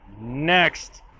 Next